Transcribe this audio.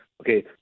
Okay